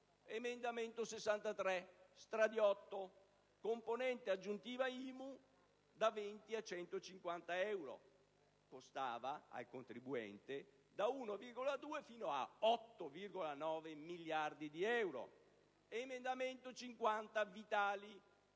l'incremento della componente aggiuntiva IMU da 20 a 150 euro: costava al contribuente da 1,2 fino a 8,9 miliardi di euro. L'emendamento 50 (Vitali)